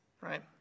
right